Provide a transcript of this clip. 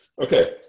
Okay